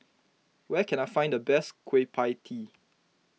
where can I find the best Kueh Pie Tee